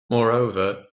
moreover